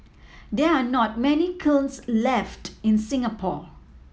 there are not many kilns left in Singapore